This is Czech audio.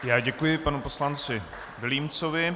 Já děkuji panu poslanci Vilímcovi.